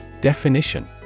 Definition